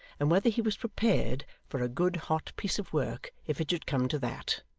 and whether he was prepared for a good hot piece of work if it should come to that.